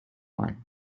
one